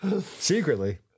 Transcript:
secretly